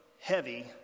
heavy